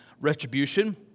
retribution